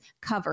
covered